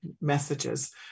messages